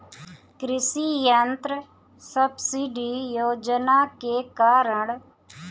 कृषि यंत्र सब्सिडी योजना के कारण?